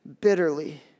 bitterly